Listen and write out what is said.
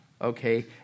okay